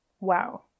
wow